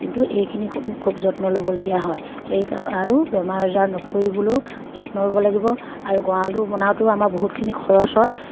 কিন্তু এইখিনি খুব যত্ন ল'বলগীয়া হয় সেই আৰু বেমাৰ আজাৰ নপৰিবলৈও যত্ন ল'ব লাগিব আৰু গঁৰালটো বনাওঁতেও আমাৰ বহুতখিনি খৰচ হয়